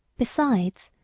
besides,